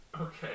Okay